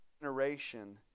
generation